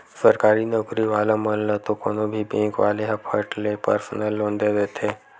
सरकारी नउकरी वाला मन ल तो कोनो भी बेंक वाले ह फट ले परसनल लोन दे देथे